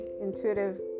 intuitive